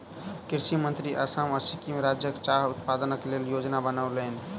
कृषि मंत्री असम आ सिक्किम राज्यक चाह उत्पादनक लेल योजना बनौलैन